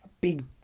big